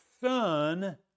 son